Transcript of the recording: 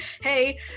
Hey